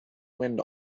wind